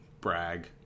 brag